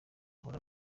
buhora